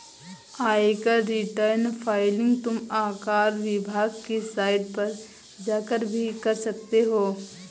आयकर return filing तुम आयकर विभाग की साइट पर जाकर भी कर सकते हो